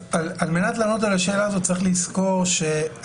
על מנת לענות על השאלה הזאת צריך לזכור שקודם